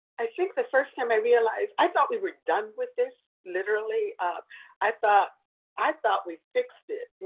i think the first time i realized, i thought we were done with this literally, um i thought i thought we fixed it.